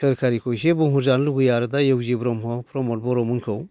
सोरखारिखौ एसे बुंहरजानो लुगैयो आरो दा इउ जि ब्रह्म प्रमद बर'मोनखौ